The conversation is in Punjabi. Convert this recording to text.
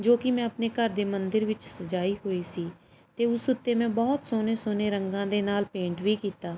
ਜੋ ਕਿ ਮੈਂ ਆਪਣੇ ਘਰ ਦੇ ਮੰਦਿਰ ਵਿੱਚ ਸਜਾਈ ਹੋਈ ਸੀ ਅਤੇ ਉਸ ਉੱਤੇ ਮੈਂ ਬਹੁਤ ਸੋਹਣੇ ਸੋਹਣੇ ਰੰਗਾਂ ਦੇ ਨਾਲ ਪੇਂਟ ਵੀ ਕੀਤਾ